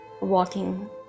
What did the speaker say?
walking